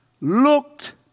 looked